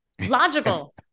logical